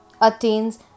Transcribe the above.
attains